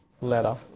letter